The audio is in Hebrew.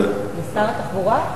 לשר התחבורה?